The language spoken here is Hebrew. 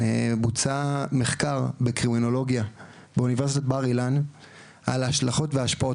בוצע מחקר בקרימינולוגיה באוניברסיטת בר אילן על ההשלכות וההשפעות,